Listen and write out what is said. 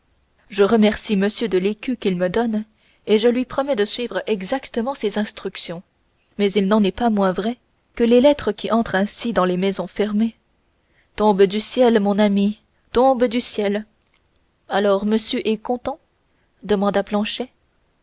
je remercie monsieur de l'écu qu'il me donne et je lui promets de suivre exactement ses instructions mais il n'en est pas moins vrai que les lettres qui entrent ainsi dans les maisons fermées tombent du ciel mon ami tombent du ciel alors monsieur est content demanda planchet